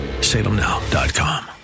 Salemnow.com